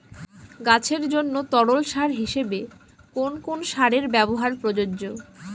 গাছের জন্য তরল সার হিসেবে কোন কোন সারের ব্যাবহার প্রযোজ্য?